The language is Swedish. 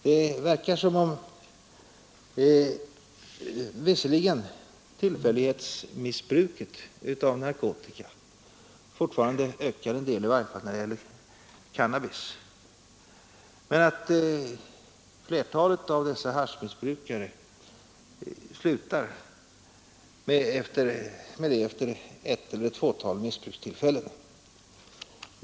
Det verkar visserligen som om tillfällighetsmissbruket av narkotika fortfarande ökar en del, i varje fall när det gäller cannabis, men att flertalet av dessa haschmissbrukare slutar efter ett eller ett fåtal missbrukstillfällen.